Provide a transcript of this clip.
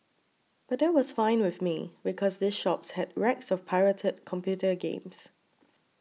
but that was fine with me because these shops had racks of pirated computer games